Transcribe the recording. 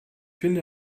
finde